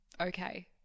Okay